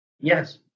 Yes